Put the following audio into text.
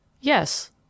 Yes